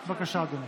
בבקשה, אדוני.